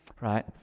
Right